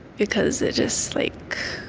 because it is like